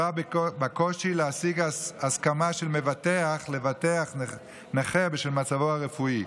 לקושי להשיג הסכמה של מבטח לבטח נכה בשל מצבו הרפואי.